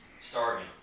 Starving